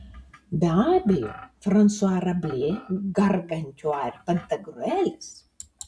be abejo fransua rablė gargantiua ir pantagriuelis